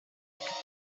que